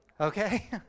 Okay